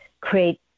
create